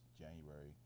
January